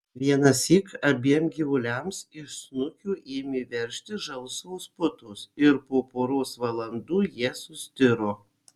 vienąsyk abiem gyvuliams iš snukių ėmė veržtis žalsvos putos ir po poros valandų jie sustiro